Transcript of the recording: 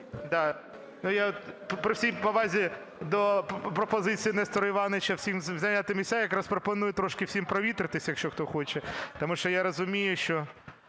Я при всій повазі до пропозицій Нестора Івановича всім зайняти місця якраз пропоную трошки всім провітритися, якщо хто хоче. Тому що я розумію, що